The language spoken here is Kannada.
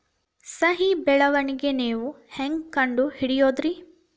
ಸಸಿ ಬೆಳವಣಿಗೆ ನೇವು ಹ್ಯಾಂಗ ಕಂಡುಹಿಡಿಯೋದರಿ?